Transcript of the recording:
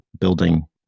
building